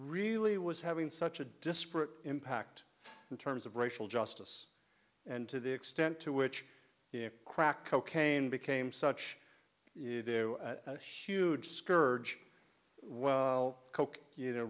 really was having such a disparate impact in terms of racial justice and to the extent to which the crack cocaine became such a huge scourge well coke you know